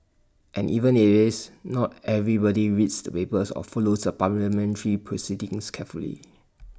and even if IT is not everybody reads the papers or follows the parliamentary proceedings carefully